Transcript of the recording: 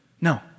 No